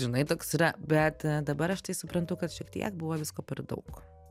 žinai toks yra bet a dabar aš tai suprantu kad šiek tiek buvo visko per daug